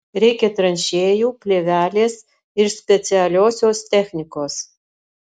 reikia tranšėjų plėvelės ir specialiosios technikos